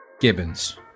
Gibbons